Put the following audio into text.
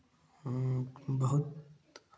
बहुत